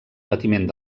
patiment